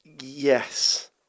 Yes